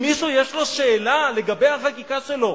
אם מישהו יש לו שאלה לגבי החקיקה שלו,